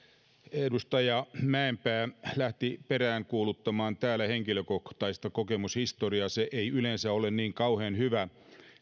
edustaja mäenpää lähti peräänkuuluttamaan täällä henkilökohtaista kokemushistoriaa ei yleensä ole niin kauhean hyvä